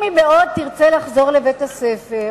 אם היא מאוד תרצה לחזור לבית-הספר,